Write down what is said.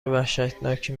وحشتناکی